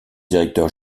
directeur